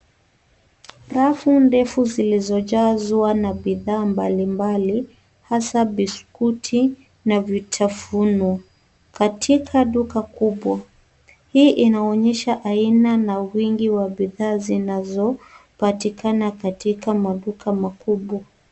Rafu ndefu zilizojazwa na bidhaa mbali mbali hasa biskuti na vitafuno katika duka kubwa. Hii inaonyesha aina na wingi wa bidhaa zinazopatikana katika maduka makubwa.